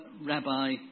Rabbi